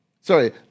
sorry